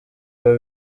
biba